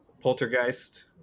Poltergeist